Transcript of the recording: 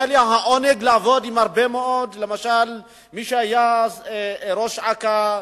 היה לי העונג לעבוד למשל עם מי שהיה ראש אכ"א,